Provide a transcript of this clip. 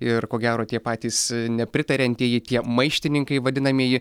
ir ko gero tie patys nepritariantieji tie maištininkai vadinamieji